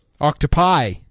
octopi